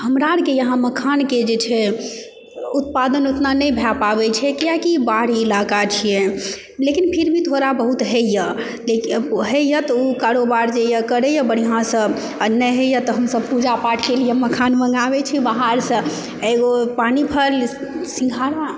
हमरा आरके यहाँ मखानके जे छै उत्पादन ओतना नहि भए पाबए छै किआकि बाढ़ इलाका छिऐ लेकिन फिर भी थोड़ा बहुत होइए होइए तऽ ओ कारोबार जे यऽकरैए बढ़िआँसंँ आ नहि होइए तऽ हमसब पूजा पाठके लिए मखान मंगाबै छी बाहरसंँ एगो पानि फल सिंघारा